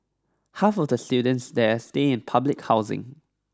half of the students there stay in public housing